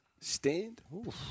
stand